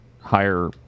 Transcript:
higher